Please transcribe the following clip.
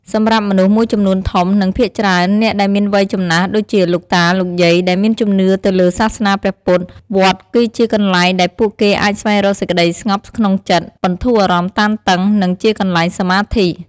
សម្រាប់មនុស្សមួយចំនួនធំ និងភាគច្រើនអ្នកដែលមានវ័យចំណាស់ដូចជាលោកតាលោកយាយដែលមានជំនឿទៅលើសាសនាព្រះពុទ្អ វត្តគឺជាកន្លែងដែលពួកគេអាចស្វែងរកសេចក្ដីស្ងប់ក្នុងចិត្ត បន្ធូរអារម្មណ៍តានតឹង និងជាកន្លែងសមាធិ។